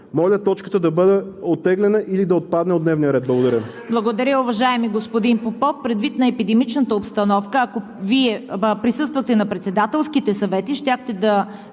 Моля точката да бъде оттеглена или да отпадне от дневния ред. Благодаря